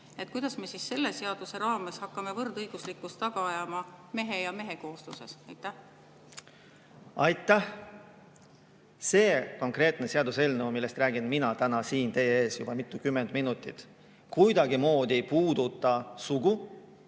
Kuidas me siis selle seaduse raames hakkame võrdõiguslikkust taga ajama mehe ja mehe koosluses? Aitäh! See konkreetne seaduseelnõu, millest olen mina täna siin teie ees juba mitukümmend minutit rääkinud, kuidagimoodi ei puuduta sugusid,